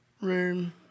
room